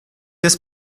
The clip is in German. des